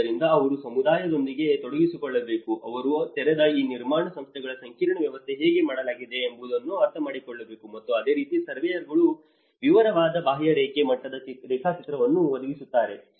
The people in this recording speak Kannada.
ಆದ್ದರಿಂದ ಅವರು ಸಮುದಾಯದೊಂದಿಗೆ ತೊಡಗಿಸಿಕೊಳ್ಳಬೇಕು ಅವರು ತೆರೆದ ಮತ್ತು ನಿರ್ಮಾಣ ಸ್ಥಳಗಳ ಸಂಕೀರ್ಣ ವ್ಯವಸ್ಥೆ ಹೇಗೆ ಮಾಡಲಾಗಿದೆ ಎಂಬುದನ್ನು ಅರ್ಥಮಾಡಿಕೊಳ್ಳಬೇಕು ಮತ್ತು ಅದೇ ರೀತಿ ಸರ್ವೇಯರ್ಗಳು ವಿವರವಾದ ಬಾಹ್ಯರೇಖೆ ಮಟ್ಟದ ರೇಖಾಚಿತ್ರ ಅನ್ನು ಒದಗಿಸುತ್ತಾರೆ